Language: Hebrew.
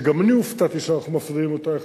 שגם אני הופתעתי שאנחנו מפרידים אותו,